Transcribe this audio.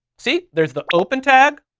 see, there's the open tag.